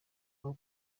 aho